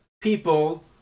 people